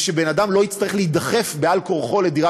ושבן אדם לא יצטרך להידחף בעל-כורחו לדירה